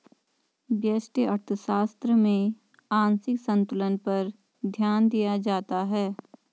व्यष्टि अर्थशास्त्र में आंशिक संतुलन पर ध्यान दिया जाता है